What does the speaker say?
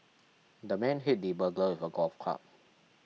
the man hit the burglar with a golf club